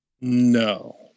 No